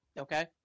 Okay